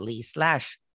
slash